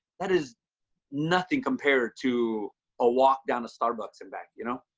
that is nothing compared to a walk down to starbucks and back you know.